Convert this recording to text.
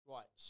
Right